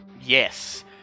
Yes